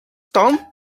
stone